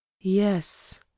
yes